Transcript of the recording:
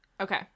Okay